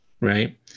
right